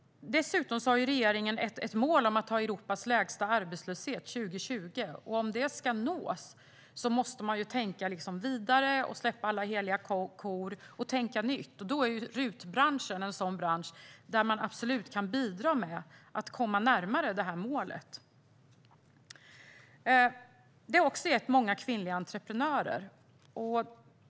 Regeringen har som mål att ha Europas lägsta arbetslöshet 2020. Om det ska nås måste man tänka vidare, släppa alla heliga kor och tänka nytt. Då är RUT-branschen absolut en bransch som kan bidra till att komma närmare detta mål. RUT har gett många kvinnliga entreprenörer.